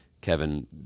Kevin